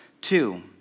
Two